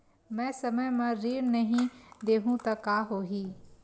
मैं समय म ऋण नहीं देहु त का होही